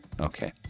Okay